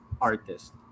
artist